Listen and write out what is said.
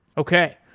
okay.